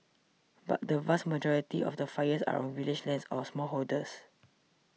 but the vast majority of the fires are on village lands or smallholders